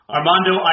Armando